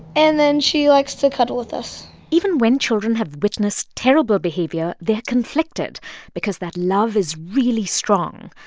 and then she likes to cuddle with us even when children have witnessed terrible behavior, they're conflicted because that love is really strong.